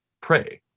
pray